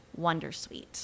Wondersuite